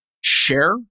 share